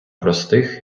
простих